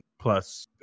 plus